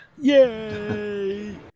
Yay